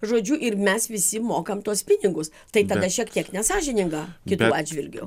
žodžiu ir mes visi mokam tuos pinigus tai tada šiek tiek nesąžininga kitų atžvilgiu